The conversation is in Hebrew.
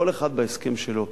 כל אחד בהסכם שלו,